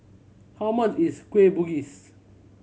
how much is Kueh Bugis